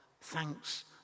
thanks